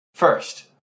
First